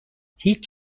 هیچ